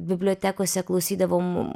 bibliotekose klausydavom